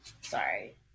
Sorry